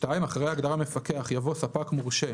(2)אחרי ההגדרה "מפקח" יבוא: ""ספק מורשה"